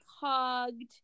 hugged